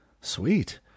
Sweet